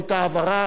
היתה הבהרה,